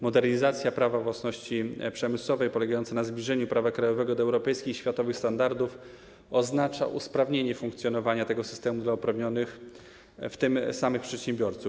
Modernizacja Prawa własności przemysłowej polegająca na zbliżeniu prawa krajowego do europejskich i światowych standardów oznacza usprawnienie funkcjonowania tego systemu dla uprawnionych, w tym samych przedsiębiorców.